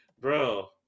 Bro